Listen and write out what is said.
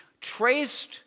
traced